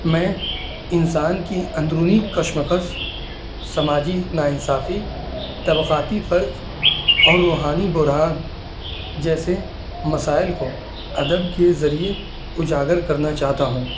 میں انسان کی اندرونی کشمکش سماجی ناانصافی طبقاتی فرق اور روحانی بحران جیسے مسائل کو ادب کے ذریعے اجاگر کرنا چاہتا ہوں